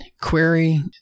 query